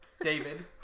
David